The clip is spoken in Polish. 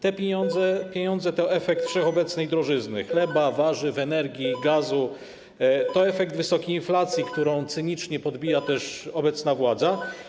Te pieniądze to efekt wszechobecnej drożyzny chleba, warzyw, energii, gazu, to efekt wysokiej inflacji, którą cynicznie podbija też obecna władza.